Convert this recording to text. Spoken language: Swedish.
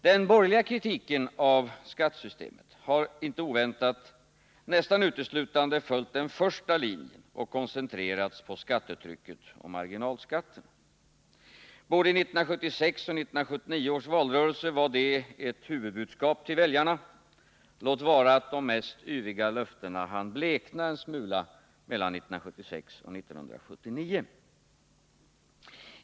Den borgerliga kritiken av skattesystemet har inte oväntat nästan uteslutande följt den första linjen och koncentrerats på skattetrycket och marginalskatterna. I både 1976 och 1979 års valrörelser var det ett huvudbudskap till väljarna, låt vara att de mest yviga löftena hann blekna en smula mellan 1976 och 1979.